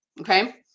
Okay